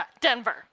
Denver